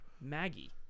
Maggie